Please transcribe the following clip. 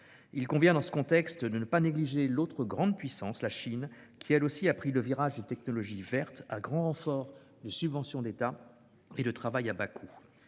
Il convient, dans ce contexte, de ne pas négliger l'autre grande puissance, la Chine, qui a elle aussi pris le virage des technologies vertes à grand renfort de subventions d'État et de travail à bas coût.